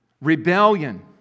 Rebellion